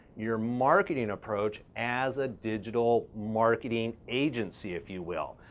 your marketing approach, as a digital marketing agency, if you will.